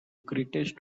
greatest